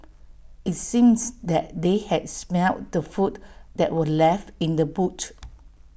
IT seems that they had smelt the food that were left in the boot